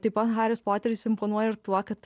taip pat haris poteris imponuoja ir tuo kad